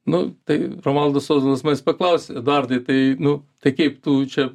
nu tai romualdas ozolas manes paklausė eduardai tai nu tai kaip tu čia